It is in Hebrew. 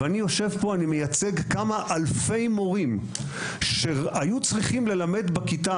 אני יושב פה ומייצג כמה אלפי מורים שהיו צריכים ללמד בכיתה